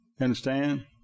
understand